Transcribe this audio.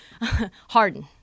Harden